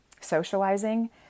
socializing